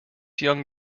young